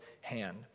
hand